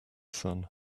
sun